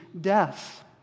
death